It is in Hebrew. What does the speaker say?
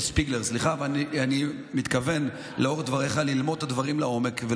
אני מתכוון ללמוד את הדברים לעומק.